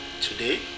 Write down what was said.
Today